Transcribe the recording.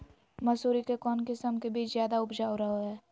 मसूरी के कौन किस्म के बीच ज्यादा उपजाऊ रहो हय?